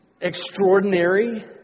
extraordinary